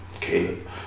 Caleb